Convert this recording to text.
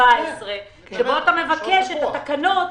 שבו אתה מבקש את התקנות